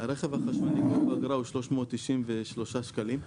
גובה האגרה ברכב החשמלי הוא 393 שקלים,